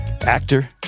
Actor